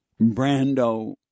Brando